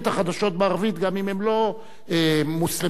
גם אם לא מוסלמים או נוצרים,